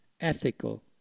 ethical